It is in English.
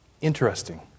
Interesting